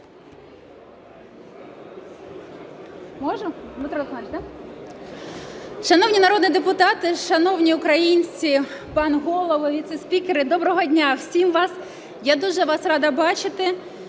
Шановні народні депутати, шановні українці, пане Голово, віце-спікери, доброго дня всім вам! Я дуже вас рада бачити.